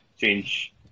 change